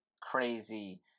crazy